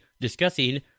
discussing